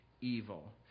evil